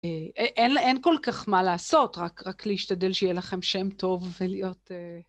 אין כל כך מה לעשות, רק להשתדל שיהיה לכם שם טוב ולהיות...